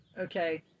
okay